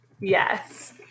Yes